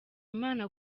imana